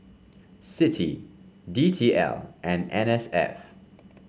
CITI D T L and N S F